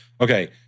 okay